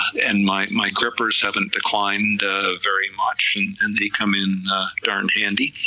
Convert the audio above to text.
and my my grippers haven't declined very much and and they come in darn handy,